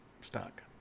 stuck